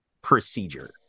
Procedure